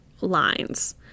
lines